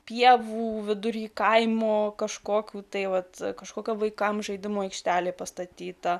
pievų vidury kaimo kažkokių tai vat kažkokia vaikams žaidimų aikštelė pastatyta